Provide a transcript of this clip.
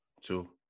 two